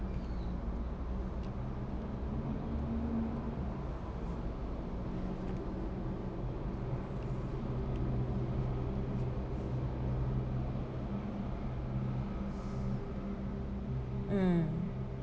mm